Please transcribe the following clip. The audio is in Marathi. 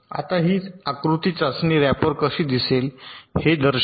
आता ही आकृती चाचणी रॅपर कशी दिसेल हे दर्शविते